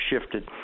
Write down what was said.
shifted